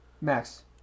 Max